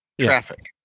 traffic